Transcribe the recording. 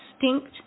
distinct